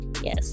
yes